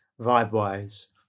vibe-wise